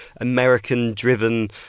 American-driven